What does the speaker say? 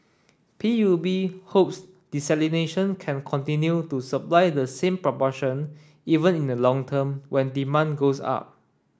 P U B hopes desalination can continue to supply the same proportion even in the long term when demand goes up